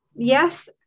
Yes